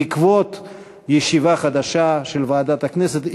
בעקבות ישיבה חדשה של ועדת הכנסת,